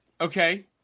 Okay